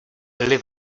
byly